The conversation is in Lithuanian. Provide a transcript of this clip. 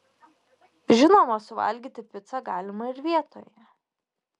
žinoma suvalgyti picą galima ir vietoje